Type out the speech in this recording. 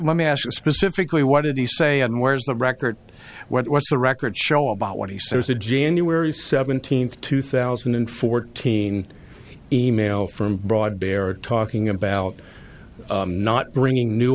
let me ask you specifically what did he say and where's the record what's the record show about what he said was a january seventeenth two thousand and fourteen email from broad bear talking about not bringing new